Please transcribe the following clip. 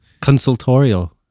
Consultorial